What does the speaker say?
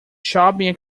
shopping